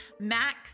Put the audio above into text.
Max